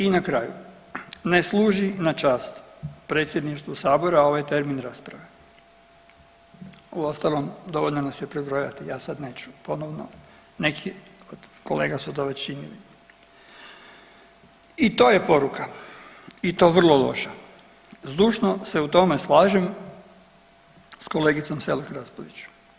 I na kraju, ne služi na čast predsjedništvu sabora ovaj termin rasprave, uostalom dovoljno nas je prebrojati, ja sad neću ponovno, neki od kolega su to već činili i to je poruka i to vrlo loša, zdušno se u tome slažem s kolegicom Selak Raspudić.